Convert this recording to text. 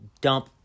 dump